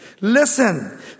Listen